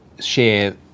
share